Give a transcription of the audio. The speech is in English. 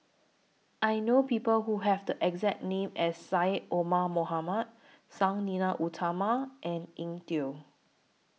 I know People Who Have The exact name as Syed Omar Mohamed Sang Nila Utama and Eng Tow